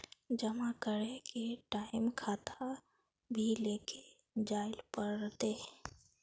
जमा करे के टाइम खाता भी लेके जाइल पड़ते?